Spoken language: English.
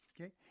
okay